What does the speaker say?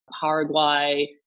Paraguay